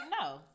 no